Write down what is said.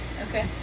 Okay